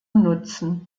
nutzen